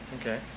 Okay